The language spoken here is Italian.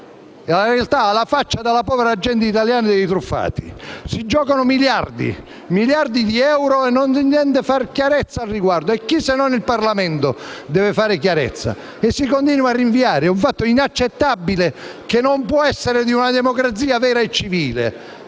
e, in realtà, alla faccia della povera gente italiana e dei truffati! Sono in gioco miliardi di euro e non si intende far chiarezza al riguardo. E chi, se non il Parlamento, deve fare chiarezza? Si continua a rinviare. È un fatto inaccettabile, che non può essere ammesso in una democrazia vera e civile.